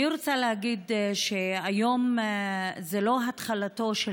אני רוצה להגיד שהיום זה לא התחלתו של